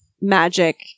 magic